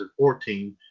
2014